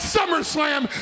SummerSlam